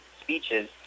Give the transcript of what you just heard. speeches